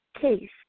case